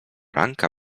ranka